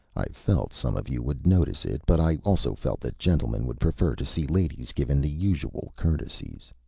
i felt some of you would notice it, but i also felt that gentlemen would prefer to see ladies given the usual courtesies.